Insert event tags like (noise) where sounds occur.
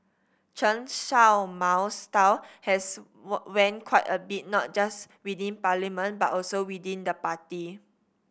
Chen (unintelligible) Mao's style has (unintelligible) waned quite a bit not just within parliament but also within the party